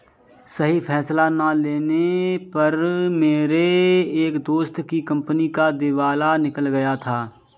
सही फैसला ना लेने पर मेरे एक दोस्त की कंपनी का दिवाला निकल गया था